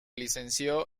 licenció